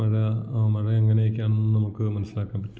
മഴ മഴ എങ്ങനേക്കെയാണെന്ന് നമുക്ക് മനസ്സിലാക്കാൻ പറ്റും